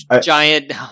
giant